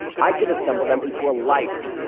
i could assemble them into a life,